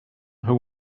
who